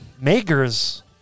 Makers